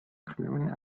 clearing